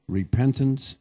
repentance